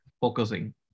focusing